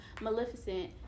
Maleficent